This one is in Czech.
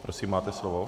Prosím, máte slovo.